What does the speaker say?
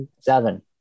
Seven